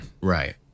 Right